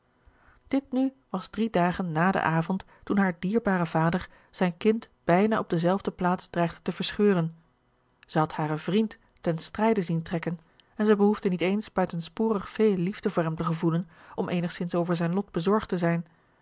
dit nu was drie dagen na den avond toen haar dierbare vader zijn kind bijna op dezelfde plaats dreigde te verscheuren zij had haren vriend ten strijde zien trekken en zij behoefde niet eens buitensporig veel liefde voor hem te gevoelen om eenigzins over zijn lot bezorgd te zijn